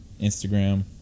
Instagram